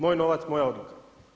Moj novac, moja odluka.